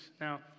Now